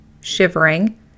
shivering